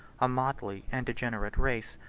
a motley and degenerate race,